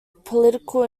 political